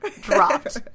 dropped